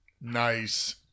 Nice